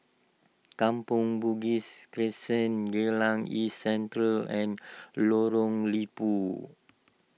Kampong Bugis Crescent Geylang East Central and Lorong Liput